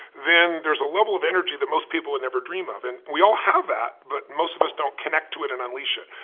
then there's a level of energy that most people would never dream of. and we all have that, but most of us don't connect to it and unleash it.